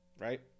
Right